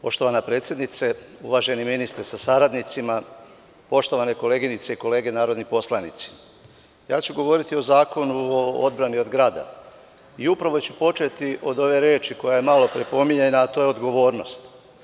Poštovana predsednice, uvaženi ministre sa saradnicima, poštovane koleginice i kolege narodni poslanici, ja ću govoriti o Zakonu o odbrani od grada i upravo ću početi od ove reči koja je malopre pominjana, a to je – odgovornost.